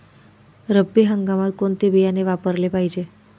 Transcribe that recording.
रब्बी हंगामात कोणते बियाणे वापरले पाहिजे?